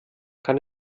kann